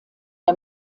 der